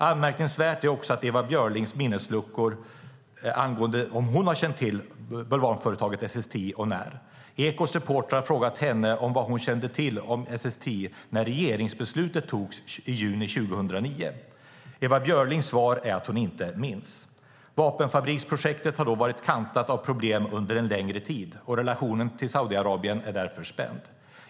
Anmärkningsvärt är också Ewa Björlings minnesluckor angående om hon har känt till bulvanföretaget och i så fall när. Ekots reportrar har frågat henne vad hon kände till om SSTI när regeringsbeslutet togs i juni 2009. Ewa Björlings svar är att hon inte minns. Vapenfabriksprojektet har då varit kantat av problem under en längre tid, och relationen till Saudiarabien är därför spänd.